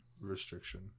restriction